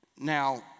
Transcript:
Now